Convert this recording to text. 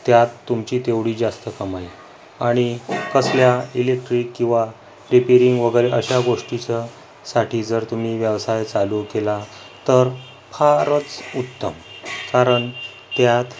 त्यात तुमची तेवढी जास्त कमाई आणि कसल्या इलेक्ट्रिक किंवा रीपेरींग वगैरे अशा गोष्टींच्यासाठी जर तुम्ही व्यवसाय चालू केला तर फारच उत्तम कारण त्यात